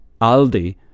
Aldi